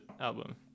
album